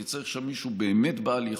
כי צריך שם מישהו באמת בעל יכולות,